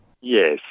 Yes